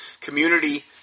Community